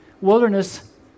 wilderness